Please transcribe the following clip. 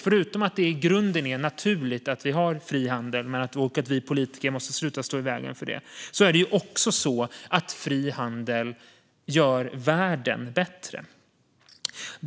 Förutom att det i grunden är naturligt att vi har fri handel och att vi politiker måste sluta stå i vägen för det är det också så att fri handel gör världen bättre.